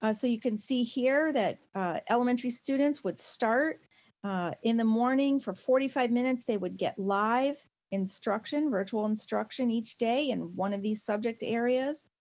ah so you can see here that elementary students would start in the morning. for forty five minutes they would get live instruction, virtual instruction each day in one of these subject areas.